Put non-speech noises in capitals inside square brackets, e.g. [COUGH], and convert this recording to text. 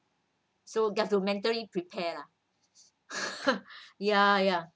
so you have to mentally prepare lah [LAUGHS] ya ya